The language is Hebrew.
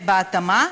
בהתאמה,